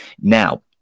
now